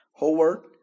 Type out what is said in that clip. Howard